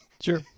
sure